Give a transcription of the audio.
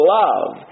love